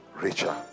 richer